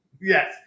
Yes